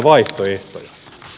vaihtoehtoja mille